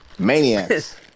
Maniacs